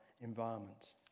environment